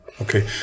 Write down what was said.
Okay